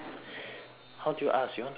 how do you ask you want to leave the room